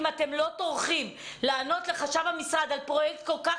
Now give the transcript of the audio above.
אם אתם לא טורחים לענות לחשב המשרד על פרויקט כל כך